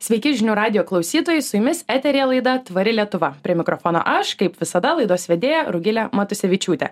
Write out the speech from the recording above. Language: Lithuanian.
sveiki žinių radijo klausytojai su jumis eteryje laida tvari lietuva prie mikrofono aš kaip visada laidos vedėja rugilė matusevičiūtė